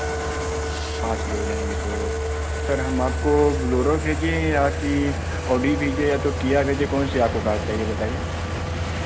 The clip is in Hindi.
पाँच लोग रहेंगे तो सर हम आपको ब्लोरो भेजें या कि ऑडी भेजें या तो किया भेजें कौन सी आपको कार चाहिये बताइये